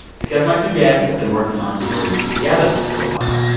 because my two guests have been working on a story together for a while,